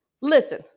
Listen